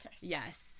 Yes